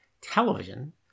television